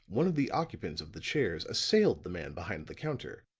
one of the occupants of the chairs assailed the man behind the counter